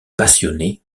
passionnée